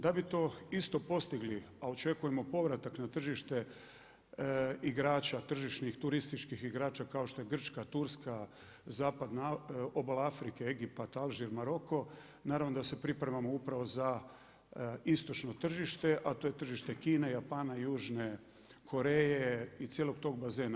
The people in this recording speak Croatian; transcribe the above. Da bi to isto postigli, a očekujemo povratak na tržište igrača, tržišnih turističkih igrača kao što je Grčka, Turska, Zapadna obala Afrike, Egipat, Alžir, Maroko naravno da se pripremamo upravo za istočno tržište, a to je tržište Kine, Japana, Južne Koreje i cijelog tog bazena.